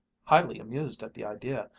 highly amused at the idea,